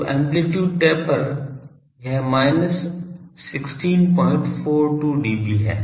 तो amplitude taper यह minus 1642 dB है